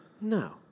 No